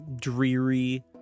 dreary